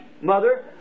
mother